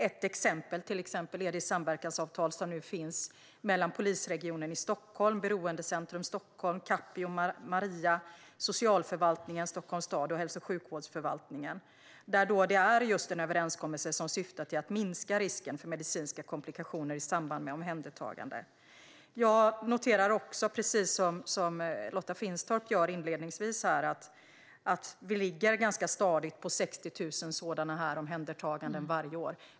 Ett exempel är det samverkansavtal som nu finns mellan Polisregion Stockholm, Beroendecentrum Stockholm, Capio Maria, socialförvaltningen i Stockholms stad och hälso och sjukvårdsförvaltningen. Det är en överenskommelse som just syftar till att minska risken för medicinska komplikationer i samband med omhändertagande. Jag noterar också, precis som Lotta Finstorp gjorde inledningsvis, att vi ligger ganska stadigt på 60 000 sådana här omhändertaganden varje år.